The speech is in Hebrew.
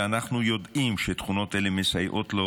ואנחנו יודעים שתכונות אלה מסייעות לו